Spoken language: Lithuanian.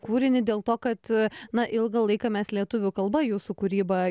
kūrinį dėl to kad na ilgą laiką mes lietuvių kalba jūsų kūrybą